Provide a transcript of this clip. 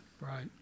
Right